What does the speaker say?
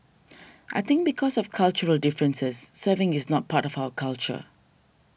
I think because of cultural differences serving is not part of our culture